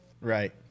Right